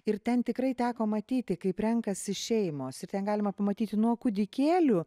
ir ten tikrai teko matyti kaip renkasi šeimos ten galima pamatyti nuo kūdikėlių